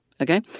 okay